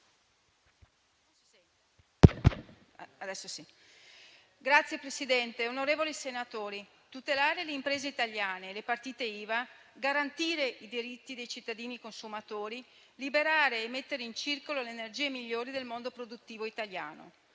Signor Presidente, onorevoli senatori, tutelare le imprese italiane, le partite IVA, garantire i diritti dei cittadini consumatori, liberare e mettere in circolo le energie migliori del mondo produttivo italiano;